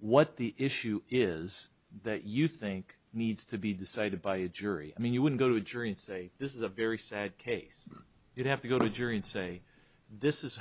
what the issue is that you think needs to be decided by a jury i mean you would go to a jury and say this is a very sad case you have to go to a jury and say this is